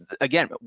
Again